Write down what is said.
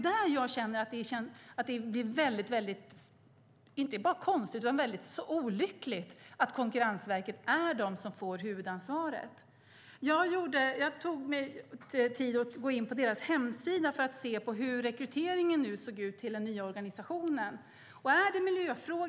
Därför känner jag att det inte bara är konstigt utan också olyckligt att Konkurrensverket är det som får huvudansvaret. Jag tog mig tid att gå in på deras hemsida för att se hur rekryteringen till den nya organisationen ser ut.